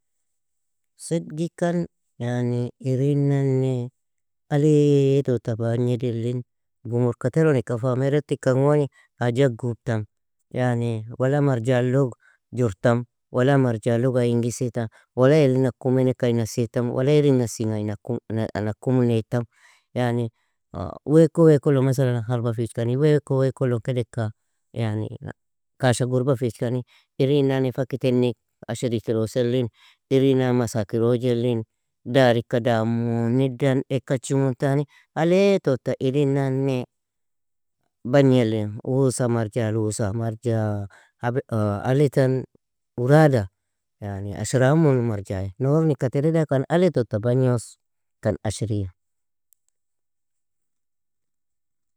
صدق ikan, yani irinane alay tota bagnedelin, gumurka teron ika fa miretikan goni haja gubtam. Yani wala marjalog jortam, wala marjalog ay ingis ita, wala iri nakumineka ay nas itam, wala iri nasinga ay nakumuneitam. Yani weaku weakulo masalana harba fiijkani, weaku weakulo kedeka yani kasha gurabafijkani irinane faki tenig ashrikiroselin, irinan masakirojlin, darika damunidan ekachimuntani, alay tota irinane bagnelin, uosa marja luosa, marja hab alitan urada, yani ashraimun marjay. Norn'ika tire dakan alay tota bagnos kan ashria.